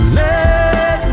let